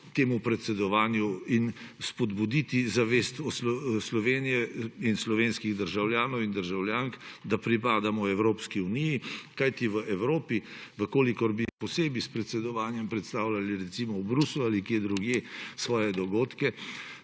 temu predsedovanju in spodbuditi zavest Slovenije in slovenskih državljanov in državljank, da pripadamo Evropski uniji. Kajti v Evropi, v kolikor bi posebej s predsedovanjem predstavljali, recimo v Bruslju ali kje drugje, svoje dogodke